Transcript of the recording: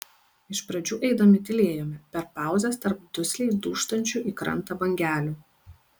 iš pradžių eidami tylėjome per pauzes tarp dusliai dūžtančių į krantą bangelių